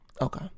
Okay